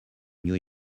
new